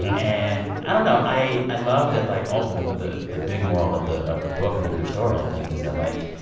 and i don't know. i i love that, like, ultimately the the big moral of the of the book and of your story, i think, is that, like